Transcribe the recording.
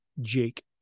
Jake